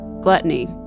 Gluttony